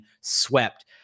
swept